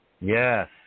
Yes